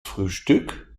frühstück